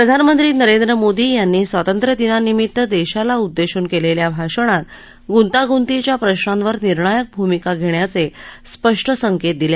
प्रधानमंत्री नरेंद्र मोदी यांनी स्वातंत्र्यदिनानिमित्त देशाला उद्देशून केलेल्या भाषणात गुंतागुतीच्या प्रशांवर निर्णायक भूमिका घेण्याचे स्पष्ट संकेत दिले